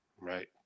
right